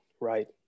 right